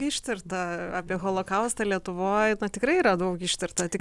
ištirta apie holokaustą lietuvoj tikrai yra daug ištirta tik